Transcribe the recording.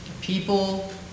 People